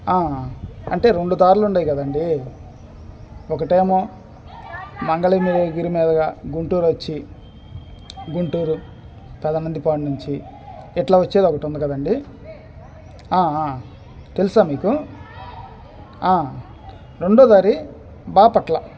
అంటే రెండు దారులు ఉన్నాయి కదండీ ఒకటేమో మంగళగిరి గిరిమీదగా గుంటూరు వచ్చి గుంటూరు పెదనందిపాడు నుంచి ఇట్ల వచ్చేది ఒకటి ఉంది కదండీ తెలుసా మీకు రెండవ దారి బాపట్ల